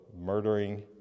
murdering